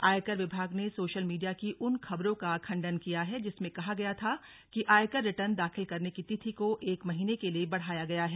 आयकर विभाग ने सोशल मीडिया की उन खबरों का खण्डन किया है जिसमें कहा गया था कि आयकर रिर्टन दाखिल करने की तिथि को एक महीने के लिए बढ़ाया गया है